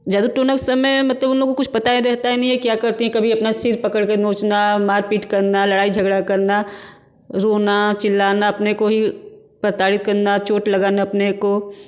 जादू टोने के समय मतलब उन लोगों को कुछ पता ही रहता ही नहीं है क्या करते हैं कभी अपना सिर पड़ कर नोंचना मार पीट करना लड़ाई झगड़ा करना रोना चिल्लाना अपने को ही प्रताड़ित करना चोंट लगाना अपने को